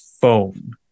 phone